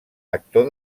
actor